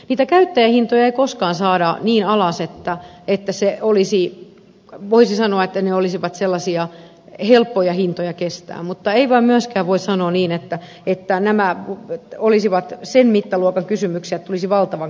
niitä käyttäjähintoja ei koskaan saada niin alas että voisi sanoa että ne olisivat sellaisia helppoja hintoja kestää mutta ei voi myöskään sanoa niin että nämä olisivat sen mittaluokan kysymyksiä että tulisi valtavan kalliiksi